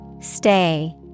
Stay